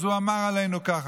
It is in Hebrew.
אז הוא אמר עלינו כך.